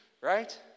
Right